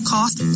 Cost